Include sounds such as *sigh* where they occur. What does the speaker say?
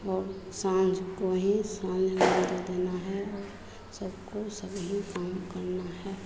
और साँझ को ही साँझ में *unintelligible* देना है और सबको सब ही काम करना है